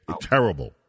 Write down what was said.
Terrible